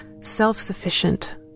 self-sufficient